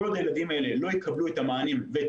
כל עוד הילדים האלה לא יקבלו את המענים ואת